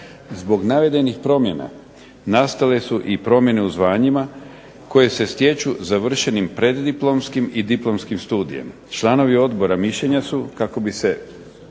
Zbog navedenih promjena nastale su i promjene u zvanjima koje se stječu završenim preddiplomskim i diplomskim studijem. Članovi odbora mišljenja su kako bi se